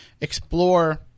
explore